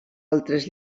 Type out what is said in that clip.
altres